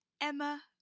Emma